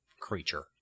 creature